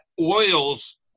oils